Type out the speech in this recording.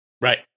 Right